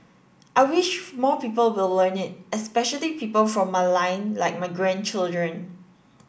I wish more people will learn it especially people from my line like my grandchildren